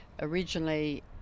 originally